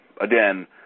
again